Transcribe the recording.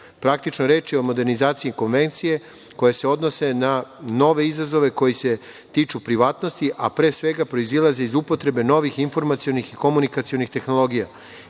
je reč o modernizaciji Konvencije, koji se odnose na nove izazove koji se tiču privatnosti, a pre svega proizilaze iz upotrebe novih informacionih i komunikacionih tehnologija. Istovremeno,